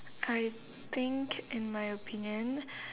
I think in my opinion